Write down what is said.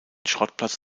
schrottplatz